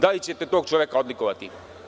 Da li ćete tog čoveka odlikovati?